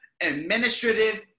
administrative